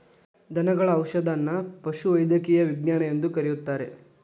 ದನಗಳ ಔಷಧದನ್ನಾ ಪಶುವೈದ್ಯಕೇಯ ವಿಜ್ಞಾನ ಎಂದು ಕರೆಯುತ್ತಾರೆ